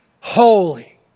holy